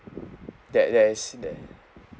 that there is there